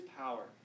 power